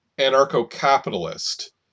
Anarcho-capitalist